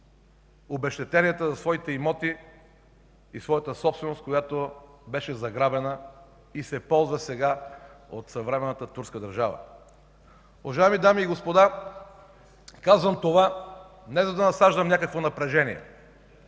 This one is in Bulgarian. обезщетенията за своите имоти и своята собственост, която беше заграбена и се ползва сега от съвременната турска държава. Уважаеми дами и господа, казвам това не за да насаждам някакво напрежение.